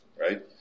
Right